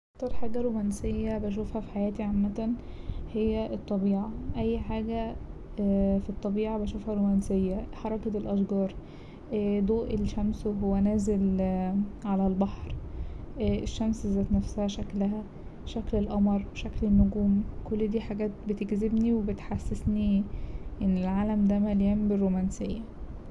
أكتر حاجة رومانسية بشوفها في حياتي عامة هي الطبيعة أي حاجة في الطبيعة بشوفها رومانسية حركة الأشجار ضوء الشمس وهو نازل على البحر الشمس ذات نفسها شكلها شكل القمر وشكل النجوم كل دي حاجات بتجذبني وبتحسسني إن العالم ده مليان بالرومانسية.